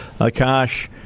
Akash